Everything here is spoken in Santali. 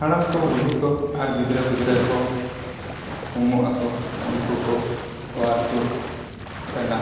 ᱦᱟᱲᱟᱢ ᱠᱚ ᱵᱩᱰᱷᱤ ᱠᱚ ᱟᱨ ᱜᱤᱫᱽᱨᱟᱹ ᱯᱤᱫᱽᱨᱟᱹ ᱠᱚ ᱩᱢᱩᱜ ᱟᱠᱚ ᱩᱱᱠᱩ ᱠᱚ ᱚᱣᱟᱨ ᱛᱩᱫ ᱨᱮᱱᱟᱜ